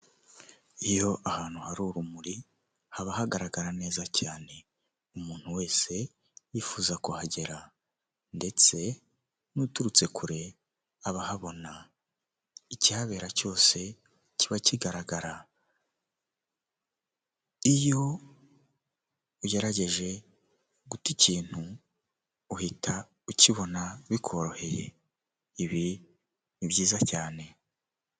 Iyo ahantu hari urumuri haba hagaragara neza cyane, umuntu wese yifuza kuhagera ndetse n'uturutse kure aba ahabona, icyihabera cyose kiba kigaragara, iyo ugerageje guta ikintu uhita ukibona bikoroheye, ibi ni byiza cyane.